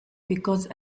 because